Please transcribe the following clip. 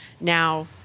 now